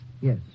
Yes